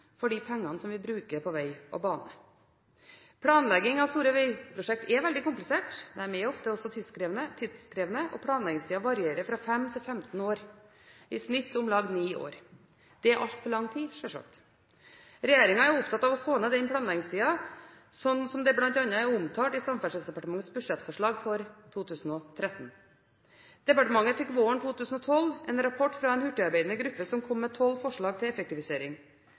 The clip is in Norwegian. for de pengene vi bruker på vei og bane. Planlegging av store veiprosjekter er veldig komplisert, og de er også ofte tidkrevende. Planleggingstiden varierer fra 5 til 15 år, i snitt om lag 9 år. Dette er selvsagt for lang tid. Regjeringen er opptatt av å få ned denne planleggingstiden, slik det bl.a. er omtalt i Samferdselsdepartementets budsjettforslag for 2013. Departementet fikk våren 2012 en rapport fra en hurtigarbeidende gruppe som kom med tolv forslag til effektivisering.